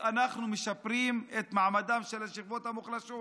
אנחנו משפרים את מעמדן של השכבות המוחלשות.